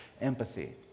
empathy